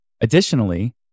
Additionally